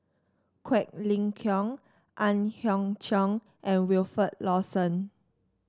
Quek Ling Kiong Ang Hiong Chiok and Wilfed Lawson